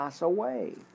away